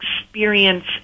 experience